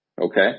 Okay